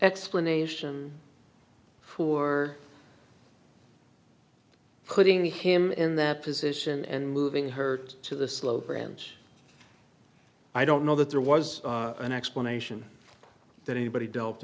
explanation for putting him in that position and moving hurt to the slow branch i don't know that there was an explanation that anybody delved